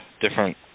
different